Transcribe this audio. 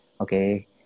Okay